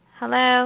Hello